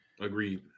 agreed